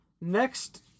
next